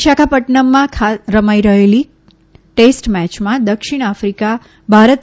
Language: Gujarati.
વિશાખાપટૃનમમાં ખાતે રમાઇ રહેલી ટેસ્ટ મેયમાં દક્ષિણ આફિકા ભારતે